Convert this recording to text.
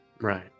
Right